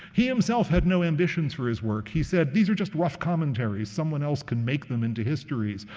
he himself had no ambitions for his work. he said, these are just rough commentaries. someone else can make them into histories.